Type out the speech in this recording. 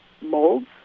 molds